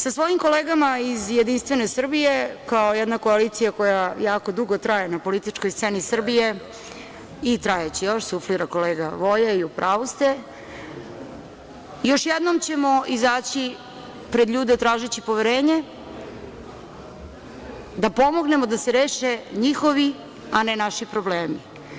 Sa svojim kolegama iz Jedinstvene Srbije, kao jedna koalicija koja jako dugo traje na političkoj sceni Srbije, i trajaće još, suflira kolega Voja, i u pravu ste, još jednom ćemo izaći pred ljude tražeći poverenje da pomognemo da se reše njihovi, a ne naši problemi.